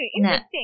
interesting